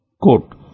Quote